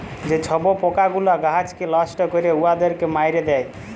যে ছব পকাগুলা গাহাচকে লষ্ট ক্যরে উয়াদের মাইরে দেয়